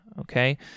okay